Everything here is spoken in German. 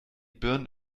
birnen